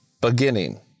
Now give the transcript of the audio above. beginning